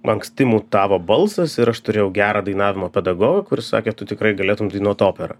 anksti mutavo balsas ir aš turėjau gerą dainavimo pedagogą kuris sakė tu tikrai galėtum dainuot operą